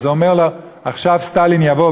אומר לו: עכשיו סטלין יבוא,